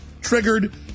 triggered